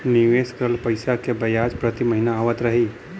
निवेश करल पैसा के ब्याज प्रति महीना आवत रही?